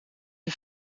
een